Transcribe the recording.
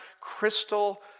crystal